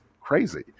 crazy